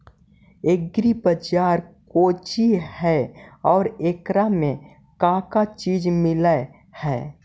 Agri बाजार कोची हई और एकरा में का का चीज मिलै हई?